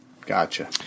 Gotcha